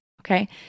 Okay